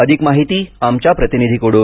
अधिक माहिती आमच्या प्रतिनिधीकडून